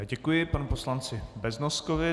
Děkuji panu poslanci Beznoskovi.